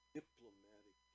diplomatic